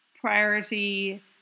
priority